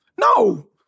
No